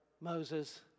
Moses